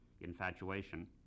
Infatuation